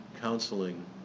counseling